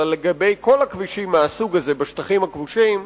אלא לגבי כל הכבישים מהסוג הזה בשטחים הכבושים.